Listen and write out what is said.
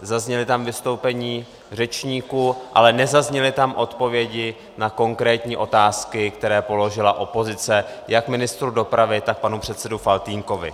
Zazněla tam vystoupení řečníků, ale nezazněly tam odpovědi na konkrétní otázky, které položila opozice jak ministru dopravy, tak panu předsedovi Faltýnkovi.